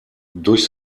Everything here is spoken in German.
durch